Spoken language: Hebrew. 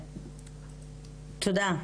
תודה.